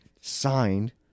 signed